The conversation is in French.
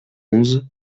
onze